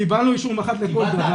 קיבלנו אישור מח"ט לכל דבר.